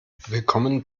willkommen